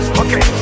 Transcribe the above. okay